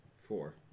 four